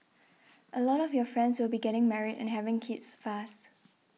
a lot of your friends will be getting married and having kids fast